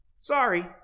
sorry